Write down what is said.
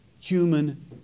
human